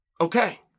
Okay